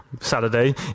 Saturday